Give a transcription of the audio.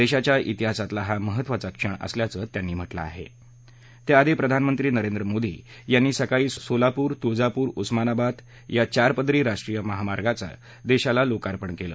दग्तिच्या इतिहासातला हा महत्वाचा क्षण असल्याचं त्यांनी म्हटलं आहा त्याआधी प्रधानमंत्री नरेंद्र मोदी यांनी सकाळी सोलापूर तुळजापूर उस्मानाबाद चारपदरी राष्ट्रीय महामार्ग दशीला अर्पण केला